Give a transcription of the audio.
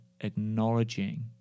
acknowledging